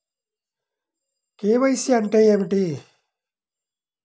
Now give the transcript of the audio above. KYC అంటే ఏమిటి?